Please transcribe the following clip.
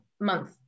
month